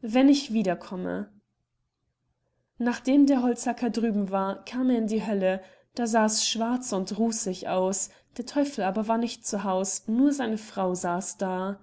wenn ich wieder komme nachdem der holzhacker drüben war kam er in die hölle da sahs schwarz und rusig aus der teufel aber war nicht zu haus nur seine frau saß da